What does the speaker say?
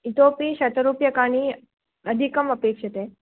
इतोऽपि शतरूप्यकाणि अधिकमपेक्षते